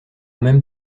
même